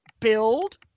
build